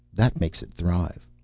that makes it thrive.